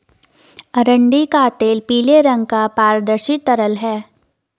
अरंडी का तेल पीले रंग का पारदर्शी तरल है